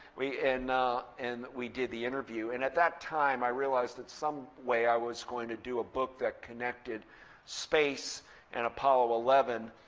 and and we did the interview. and at that time i realized that some way i was going to do a book that connected space and apollo eleven,